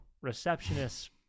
receptionist's